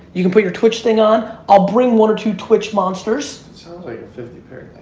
you can put your twitch thing on, i'll bring one or two twitch monsters. sounds like a fifty pair